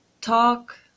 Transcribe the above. talk